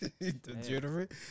Degenerate